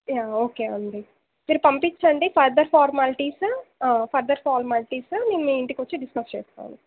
yeah okay అండి మీరు పంపించండి ఫరదర్ ఫార్మాలిటీసు ఫరదర్ ఫార్మాలిటీసు మేము మీ ఇంటికి వచ్చి డిస్కస్ చేస్తాం